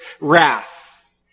wrath